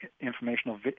informational